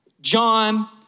John